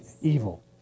evil